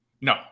No